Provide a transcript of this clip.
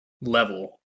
level